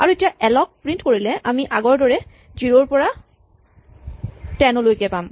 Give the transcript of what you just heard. আৰু এতিয়া এল ক প্ৰিন্ট কৰিলে আমি আগৰদৰে ০ ৰ পৰা ১০ লৈকে পাম